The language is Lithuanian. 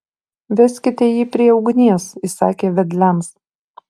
veskite jį prie ugnies įsakė vedliams